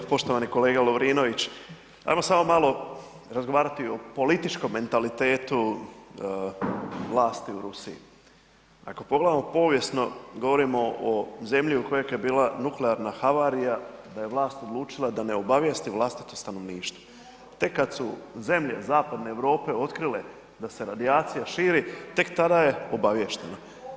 Poštovani kolega Lovrinović, ajmo samo malo razgovarati o političkom mentalitetu vlasti u Rusiji, ako pogledamo povijesno govorimo o zemlji u kojoj kad je bila nuklearna havarija, da je vlast odlučila da ne obavijesti vlastito stanovništvo, tek kad su zemlje zapadne Europe otkrile da se radijacija širi, tek tada je obaviješteno.